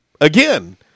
again